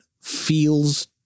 feels